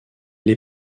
les